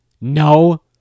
No